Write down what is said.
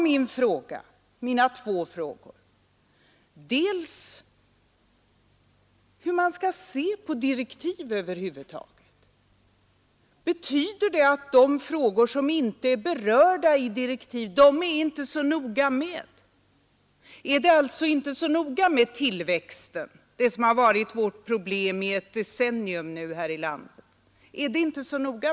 Min första fråga gällde hur man skall se på direktiv över huvud taget. Är det inte så noga med de frågor som inte är berörda i direktiv? Är det alltså inte så noga med tillväxten — det som har varit vårt problem i ett decennium nu här i landet?